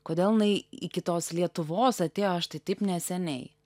kodėl jinai iki tos lietuvos atėjo štai taip neseniai